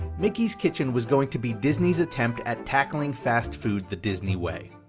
mickey's kitchen was going to be disney's attempt at tackling fast food the disney way.